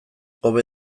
hobe